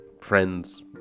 friends